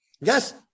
Yes